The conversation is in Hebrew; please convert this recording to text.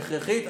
הכרחית.